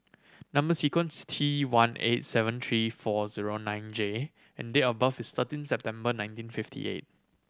number sequence T one eight seven three four zero nine J and date of birth is thirteen September nineteen fifty eight